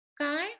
guy